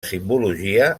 simbologia